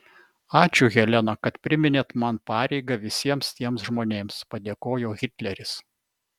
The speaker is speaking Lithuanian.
ačiū helena kad priminėt man pareigą visiems tiems žmonėms padėkojo hitleris